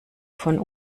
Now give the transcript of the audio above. von